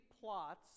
plots